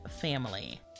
family